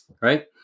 right